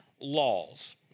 laws